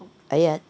!aiya!